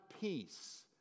peace